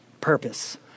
purpose